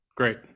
Great